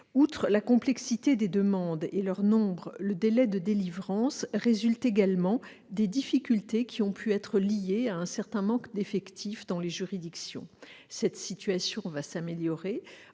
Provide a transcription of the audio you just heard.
Outre la complexité des demandes et leur nombre, le délai de délivrance résulte également de difficultés qui peuvent être liées à un certain manque d'effectifs dans les juridictions. Cette situation va s'améliorer